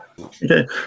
Okay